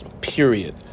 period